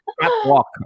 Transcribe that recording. Catwalk